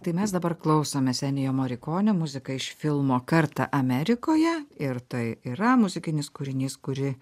tai mes dabar klausomės enijo morikonė muziką iš filmo kartą amerikoje ir tai yra muzikinis kūrinys kurį